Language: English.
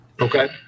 Okay